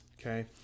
okay